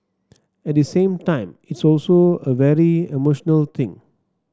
at the same time it's also a very emotional thing